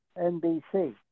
NBC